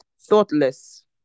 thoughtless